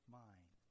mind